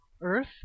earth